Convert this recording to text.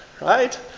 right